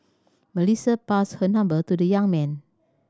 Melissa passed her number to the young man